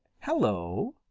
hello!